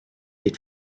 eat